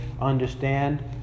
understand